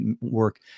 work